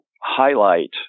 highlight